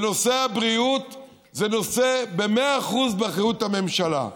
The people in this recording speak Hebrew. נושא הבריאות זה נושא שהוא ב-100% באחריות הממשלה.